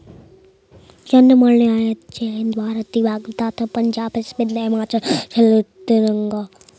हरे मटर के लिए कौन सी उपजाऊ मिट्टी अच्छी रहती है?